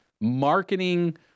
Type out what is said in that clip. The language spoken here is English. marketing